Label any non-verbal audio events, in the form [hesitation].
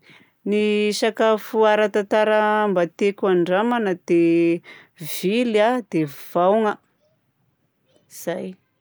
Ny [hesitation] sakafo ara-tantara [hesitation] mba tiako handramana dia vily a, dia vaogna. Zay!